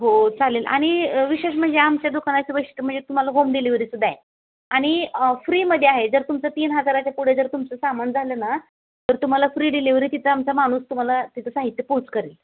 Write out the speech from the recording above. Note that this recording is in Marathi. हो चालेल आणि विशेष म्हणजे आमच्या दुकानाची बेष्ट म्हणजे तुम्हाला होम डिलिवरीसद्धा आहे आणि फ्रीमध्ये आहे जर तुमचं तीन हजाराच्या पुढे जर तुमचं सामान झालं ना तर तुम्हाला फ्री डिलिवरी तिथं आमचा माणूस तुम्हाला त्याचं साहित्य पोच करेल